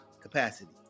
capacity